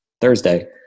Thursday